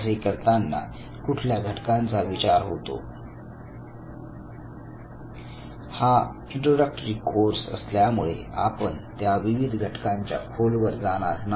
असे करताना कुठल्या घटकांचा विचार होतो हा इंट्रोडक्टरी कोर्स असल्यामुळे आपण त्या विविध घटकांच्या खोलवर जाणार नाही